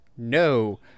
no